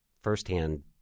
firsthand